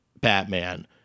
Batman